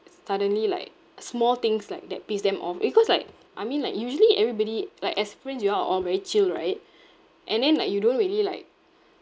suddenly like small things like that piss them off because like I mean like usually everybody like as friends you are uh all very chill right and then like you don't really like